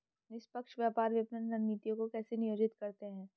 निष्पक्ष व्यापार विपणन रणनीतियों को कैसे नियोजित करते हैं?